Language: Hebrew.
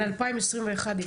על 2021 דיברנו.